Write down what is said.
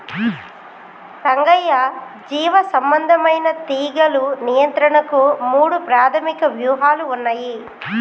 రంగయ్య జీవసంబంధమైన తీగలు నియంత్రణకు మూడు ప్రాధమిక వ్యూహాలు ఉన్నయి